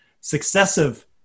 successive